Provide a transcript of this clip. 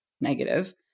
negative